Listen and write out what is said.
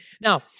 Now